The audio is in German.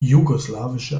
jugoslawische